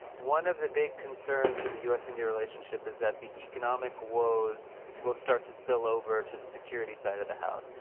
one of the big concerns in the us-india relationship is that the economic woes will start to spill over to the security side of the house.